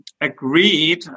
agreed